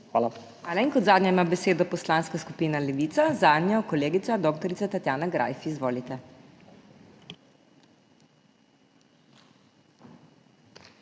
Hvala. Kot zadnja ima besedo Poslanska skupina Levica, zanjo kolegica dr. Tatjana Greif. Izvolite.